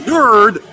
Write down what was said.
Nerd